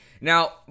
Now